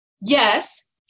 Yes